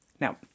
Now